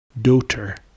Doter